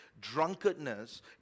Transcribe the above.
drunkenness